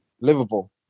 Liverpool